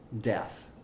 death